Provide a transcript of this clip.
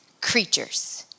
creatures